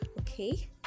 Okay